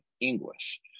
English